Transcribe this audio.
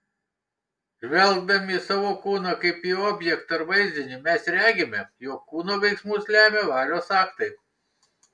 žvelgdami į savo kūną kaip į objektą ir vaizdinį mes regime jog kūno veiksmus lemia valios aktai